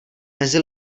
mezi